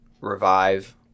revive